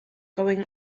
going